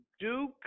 Duke